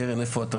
קרן, איפה את?